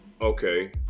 okay